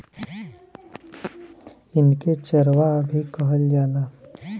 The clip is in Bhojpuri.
इनके चरवाह भी कहल जाला